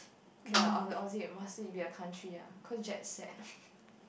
okay lah or or is it must it be a country ah cause jet set